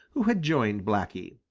who had joined blacky.